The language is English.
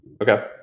Okay